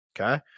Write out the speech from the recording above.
Okay